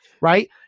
Right